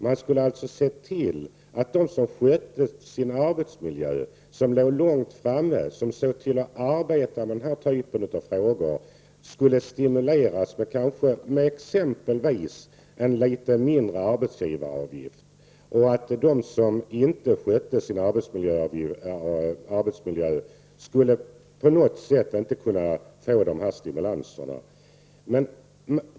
Man skulle se till att de företag som skötte sin arbetsmiljö, som låg långt framme och arbetade med den här typen av frågor skulle stimuleras exempelvis genom en liten sänkning av arbetsgivaravgiften, medan de som inte skötte sin arbetsmiljö inte skulle komma i åtnjutande av dessa stimulanser.